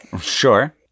Sure